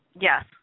Yes